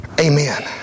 Amen